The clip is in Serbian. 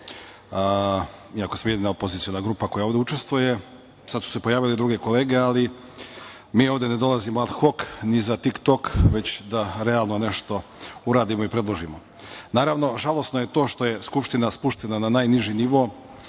iako smo jedina opoziciona grupa koja ovde učestvuje, sada su se pojavile i druge kolege. Mi ovde ne dolazimo ni ad hok, ni za „Tik-tok“, već da realno nešto uradimo i predložimo. Naravno, žalosno je to što je Skupština spuštena na najniži nivo.